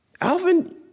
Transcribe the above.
Alvin